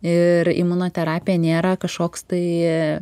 ir imunoterapija nėra kažkoks tai